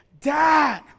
Dad